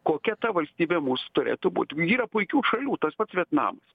kokia ta valstybė mūsų turėtų būt yra puikių šalių tas pats vietnamas